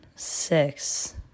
Six